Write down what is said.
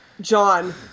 john